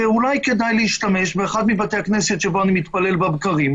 ואולי כדאי להשתמש באחד מבתי הכנסת שבו אני מתפלל בבקרים.